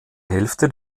hälfte